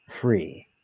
free